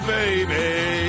baby